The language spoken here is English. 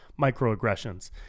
microaggressions